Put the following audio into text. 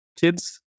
kids